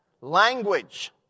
Language